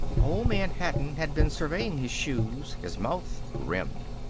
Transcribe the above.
old man hatton had been surveying his shoes his mouth grim.